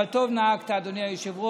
אבל טוב נהגת, אדוני היושב-ראש.